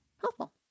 helpful